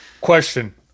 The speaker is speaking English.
Question